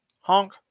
Honk